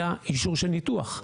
אלא אישור של ניתוח.